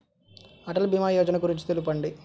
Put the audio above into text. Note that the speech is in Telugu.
అటల్ భీమా యోజన గురించి తెలుపండి?